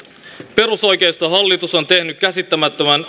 perusoikeistohallitus on tehnyt käsittämättömän